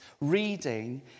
reading